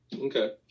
Okay